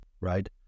right